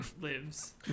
lives